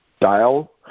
dial